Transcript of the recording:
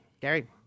Gary